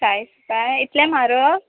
चाळीस रुपया इतलें म्हारग